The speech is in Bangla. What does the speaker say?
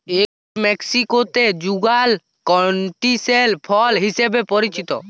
এগ ফ্রুইট মেক্সিকোতে যুগাল ক্যান্টিসেল ফল হিসেবে পরিচিত